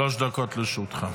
שלוש דקות לרשותך.